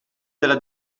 nella